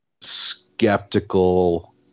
skeptical